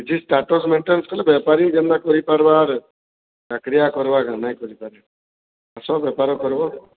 ଇଠି status maintenance କଲେ ବେପାରି ଯେନ୍ତା କରିପାର୍ବା ଆର୍ ଚାକିରିଆ କର୍ବା କାଏଁ ନାଇଁ କରିପାରେ ଆସ ବେପାର କର୍ବ